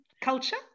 culture